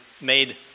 made